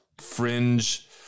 fringe